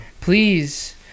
please